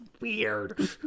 weird